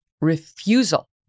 refusal